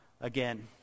again